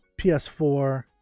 PS4